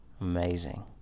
Amazing